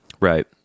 Right